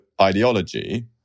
ideology